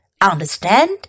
Understand